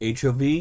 HOV